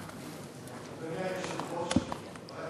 אדוני היושב-ראש, חברי